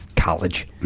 college